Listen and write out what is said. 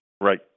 Right